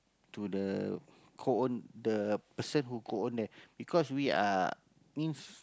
to the co-own the person who co-own there because we are means